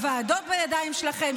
הוועדות בידיים שלכם,